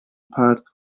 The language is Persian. پرت